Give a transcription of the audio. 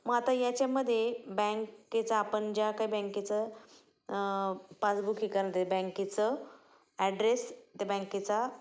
मग आता याच्यामध्ये बँकेचा आपण ज्या काय बँकेचं पासबुक हे करनते बँकेचं ॲड्रेस त्या बँकेचा